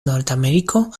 nordameriko